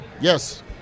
Yes